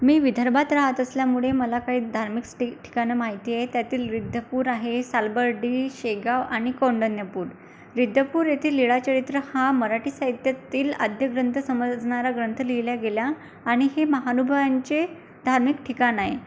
मी विदर्भात राहत असल्यामुळे मला काही धार्मिक स्टि ठिकाणं माहिती आहे त्यातील रिद्धपूर आहे सालबर्डी शेगाव आणि कौंडिण्यपूर रिद्धपूर येथे लीळाचरित्र हा मराठी साहित्यातील आद्य ग्रंथ समजणारा ग्रंथ लिहिल्या गेल्या आणि हे महानुभावांचे धार्मिक ठिकाण आहे